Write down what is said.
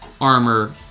armor